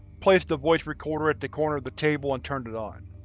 placed the voice recorder at the corner the table and turned it on.